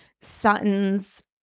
Sutton's